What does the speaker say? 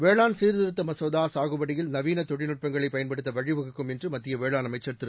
வேளாண் சீர்திருத்த மசோதா சாகுபடியில் நவீன தொழில்நுட்பங்களை பயன்படுத்த வழிவகுக்கும் என்று மத்திய வேளாண் அமைச்சர் திரு